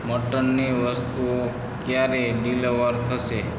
મટનની વસ્તુઓ ક્યારે ડીલિવર થશે